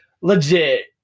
Legit